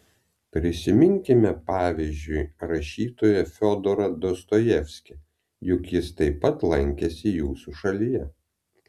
prisiminkime pavyzdžiui rašytoją fiodorą dostojevskį juk jis taip pat lankėsi jūsų šalyje